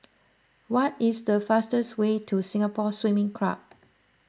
what is the fastest way to Singapore Swimming Club